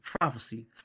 prophecy